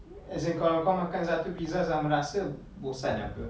as in kalau kau makan satu pizza sama rasa bosan apa